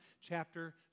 chapter